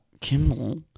Kimmel